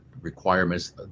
requirements